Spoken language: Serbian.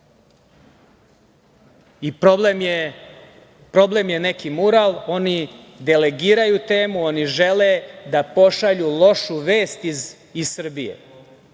I problem je neki mural, oni delegiraju temu, žele da pošalju lošu vest iz Srbije.